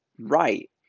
right